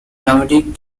nomadic